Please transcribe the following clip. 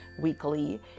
weekly